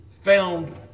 found